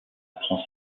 prend